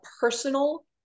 personal